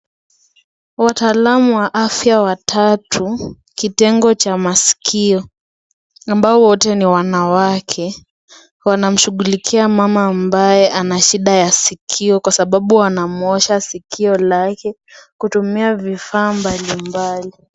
Wataalamu wa afya watatu, kitengo cha masikio ambao wote ni wanawake, wanamshughulikia mama ambaye ana shida ya sikio kwa sababu anamwosha sikio lake kutumia vifaa mbali mbali.